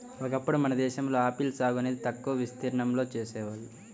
ఒకప్పుడు మన దేశంలో ఆపిల్ సాగు అనేది తక్కువ విస్తీర్ణంలో చేసేవాళ్ళు